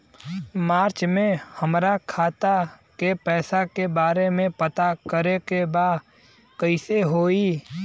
मार्च में हमरा खाता के पैसा के बारे में पता करे के बा कइसे होई?